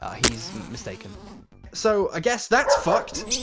ah he's mistaken so, i guess, that's fucked!